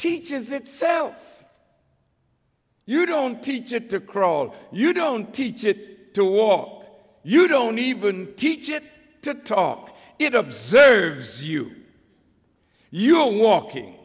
teaches itself you don't teach it to crawl you don't teach it to walk you don't even teach it to talk it observes you you go walking